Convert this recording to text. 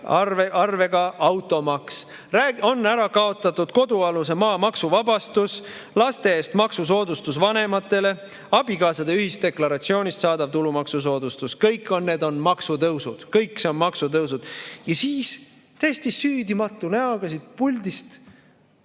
arvega automaks. On ära kaotatud kodualuse maa maksuvabastus, laste eest maksusoodustus vanematele, abikaasade ühisdeklaratsioonist saadav tulumaksusoodustus. Kõik need on maksutõusud, kõik see on maksutõus. Ja siis, täiesti süüdimatu näoga siit puldist